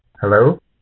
Hello